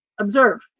observe